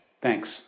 Thanks